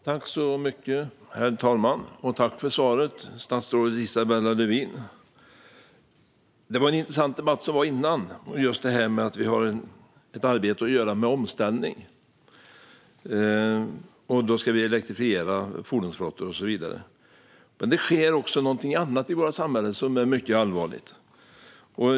Herr talman! Jag tackar för svaret från statsrådet Isabella Lövin. Den föregående debatten var intressant med tanke på att det finns ett arbete att göra i fråga om omställning, att elektrifiera fordonsflottor och så vidare. Men det sker också annat i vårt samhälle som är mycket allvarligt.